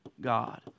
God